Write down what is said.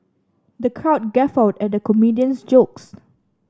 the crowd guffawed at the comedian's jokes